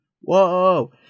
Whoa